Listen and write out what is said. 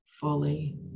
fully